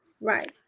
Right